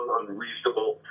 unreasonable